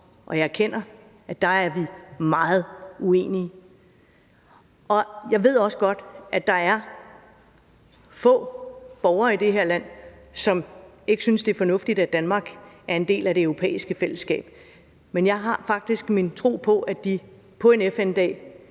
og jeg erkender, at der er vi meget uenige. Jeg ved også godt, at der er få borgere i det her land, som ikke synes, det er fornuftigt, at Danmark er en del af Det Europæiske Fællesskab, men jeg har faktisk en tro på, at de på FN-dagen